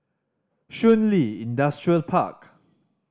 Shun Li Industrial Park